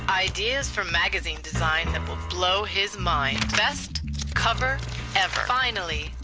ideas from magazine design that will blow his mind. the best cover ever. finally,